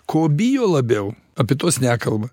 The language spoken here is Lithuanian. ko bijo labiau apie tuos nekalba